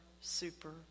super